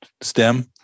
stem